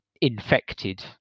infected